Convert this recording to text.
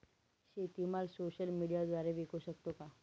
शेतीमाल सोशल मीडियाद्वारे विकू शकतो का?